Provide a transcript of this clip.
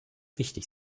wichtig